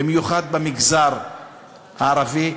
במיוחד במגזר הערבי,